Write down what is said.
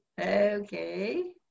okay